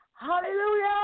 Hallelujah